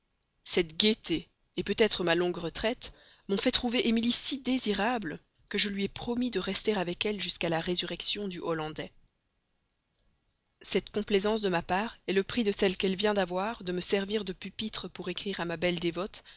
cette gaieté peut-être ma longue retraite m'ont fait trouver émilie si désirable que je lui ai promis de rester avec elle jusqu'à la résurrection du hollandais cette complaisance de ma part est le prix de celle qu'elle vient d'avoir de me servir de pupitre pour écrire à ma belle dévote